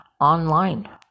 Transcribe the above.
online